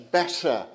better